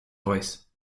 voice